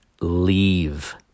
leave